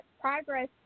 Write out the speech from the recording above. progress